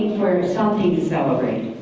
something to celebrate.